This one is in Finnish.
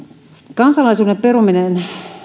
kansalaisuuden peruminen